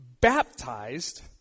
baptized